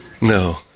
No